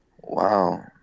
Wow